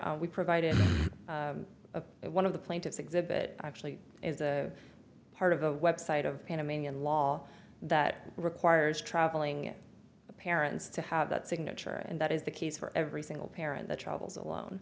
we provided one of the plaintiff's exhibit actually is a part of a website of panamanian law that requires traveling parents to have that signature and that is the case for every single parent that travels alone